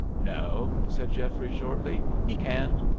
no, said geoffrey shortly he can't.